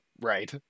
right